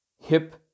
hip